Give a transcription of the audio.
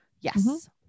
Yes